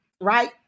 right